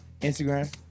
Instagram